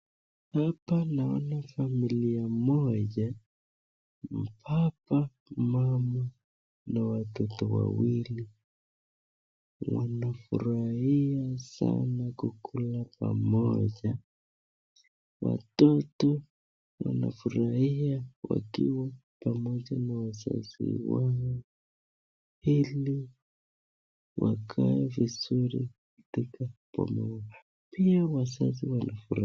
Hapa naona familia moja, baba, mama na watoto wawili, wanafurahia sana kukula pamoja. Watoto wanafurahia wakiwa pamoja na wazazi wao ili wakae vizuri pamoja, pia wazazi wanafurahia.